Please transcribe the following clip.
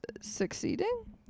succeeding